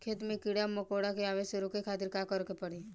खेत मे कीड़ा मकोरा के आवे से रोके खातिर का करे के पड़ी?